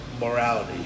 morality